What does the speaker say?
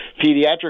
pediatric